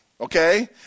Okay